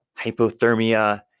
hypothermia